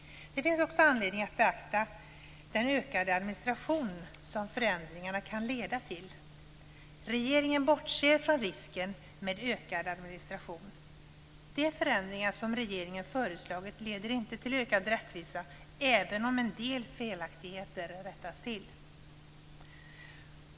Det finns också anledning att beakta den ökade administration som förändringarna kan leda till. Regeringen bortser från risken med ökad administration. De förändringar som regeringen föreslagit leder inte till ökad rättvisa även om en del felaktigheter rättas till.